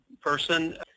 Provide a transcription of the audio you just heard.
person